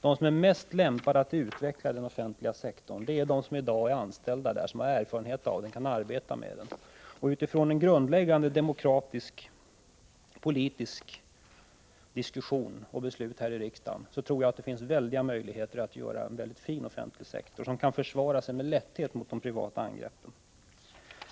De som är mest lämpade att utveckla den offentliga sektorn är de som i dag är anställda där, har erfarenhet av den och kan arbeta med den. Utifrån en grundläggande demokratisk-politisk diskussion och efter beslut här i riksdagen tror jag det finns stora möjligheter att åstadkomma en god offentlig sektor som med lätthet kan försvara sig mot privata angrepp.